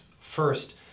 First